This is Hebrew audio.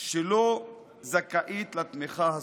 שלא זכאית לתמיכה הזאת,